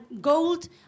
gold